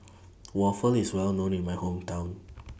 Waffle IS Well known in My Hometown